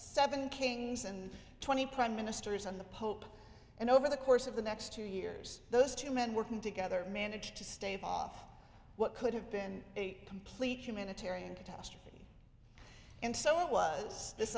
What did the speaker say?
seven kings and twenty prime ministers on the pope and over the course of the next two years those two men working together managed to stave off what could have been a complete humanitarian catastrophe and so it was this